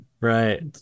Right